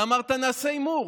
אתה אמרת: נעשה הימור.